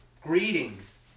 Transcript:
Greetings